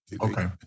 Okay